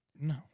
No